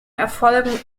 erfolgen